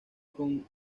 con